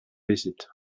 visit